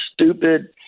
stupid